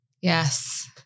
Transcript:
Yes